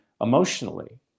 emotionally